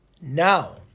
Now